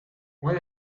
when